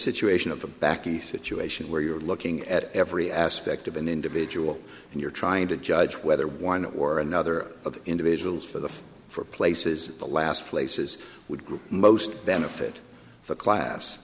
situation of a bakkie situation where you're looking at every aspect of an individual and you're trying to judge whether one or another of individuals for the for places the last places would group most benefit the class